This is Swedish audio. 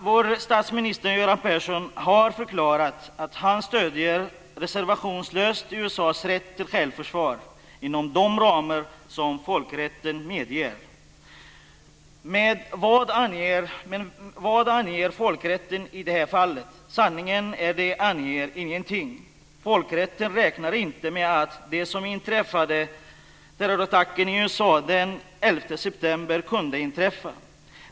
Vår statsminister Göran Persson har förklarat att han reservationslöst stöder USA:s rätt till självförsvar inom de ramar som folkrätten medger. Men vad anger folkrätten i det här fallet? Sanningen är att den anger ingenting. Folkrätten räknade inte med att det som inträffade, terrorattacken i USA den 11 september, kunde inträffa.